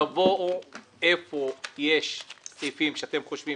תגידו איפה יש סעיפים שאתם חושבים